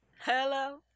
hello